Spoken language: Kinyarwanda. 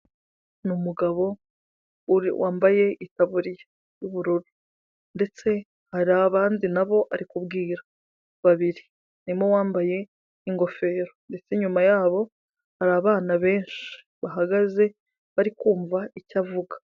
Ni umugabo wambaye itaburiya y'ubururu ndetse hari abandi nabo ari kubwira babiri harimo uwambaye ingofero ndetse nyuma yabo hari abana benshi bahagaze bari kumva icyo avuga.